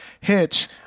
Hitch